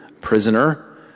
prisoner